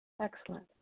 Excellent